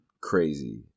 crazy